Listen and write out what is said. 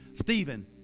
Stephen